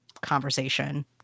conversation